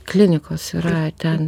klinikos yra ten